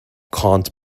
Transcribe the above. can’t